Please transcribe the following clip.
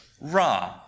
Ra